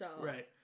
Right